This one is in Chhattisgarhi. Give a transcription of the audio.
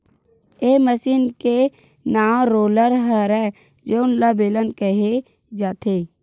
ए मसीन के नांव रोलर हरय जउन ल बेलन केहे जाथे